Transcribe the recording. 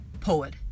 Poet